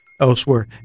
elsewhere